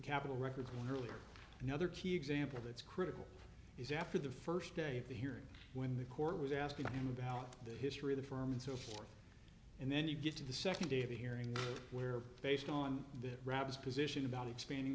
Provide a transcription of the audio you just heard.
capitol records on earlier and other key example that's critical is after the first day of the hearing when the court was asking him about the history of the firm and so forth and then you get to the second day of a hearing where based on the rabs position about expanding